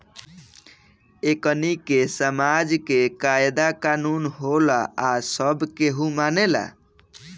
एकनि के समाज के कायदा कानून होला आ सब केहू इ मानेला